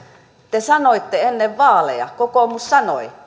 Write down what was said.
te sanoitte ennen vaaleja kokoomus sanoi